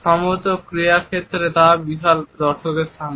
সম্ভবত ক্রীড়া ক্ষেত্রে এবং তাও বিশাল দর্শকদের সামনে